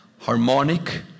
harmonic